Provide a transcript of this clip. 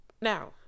now